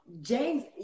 james